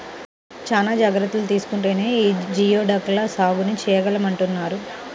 చానా జాగర్తలు తీసుకుంటేనే యీ జియోడక్ ల సాగు చేయగలమంటన్నారు